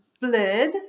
Blood